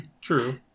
True